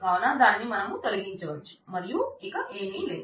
కావున దానిని మనం తొలగించవచ్చు మరియు ఇక ఏమి లేదు